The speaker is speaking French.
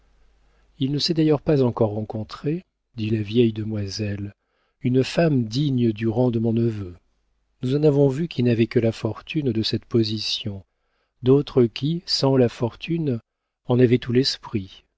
il ne s'est d'ailleurs pas encore rencontré dit la vieille demoiselle une femme digne du rang de mon neveu nous en avons vu qui n'avaient que la fortune de cette position d'autres qui sans la fortune en avaient tout l'esprit